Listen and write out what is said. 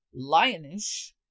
lionish